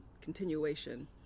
continuation